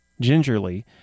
gingerly